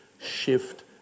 shift